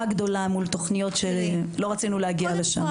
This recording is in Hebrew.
גדולה מול תוכניות שלא רצינו להגיע לשם.